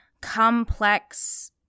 complex